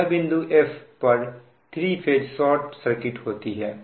यदि बिंदु F पर 3 फेज शार्ट सर्किट होती है